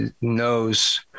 knows –